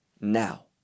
now